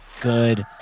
good